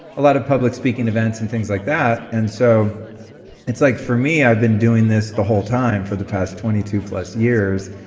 a lot of public speaking events and things like that, and so it's like, for me, i've been doing this the whole time for the past twenty two plus years,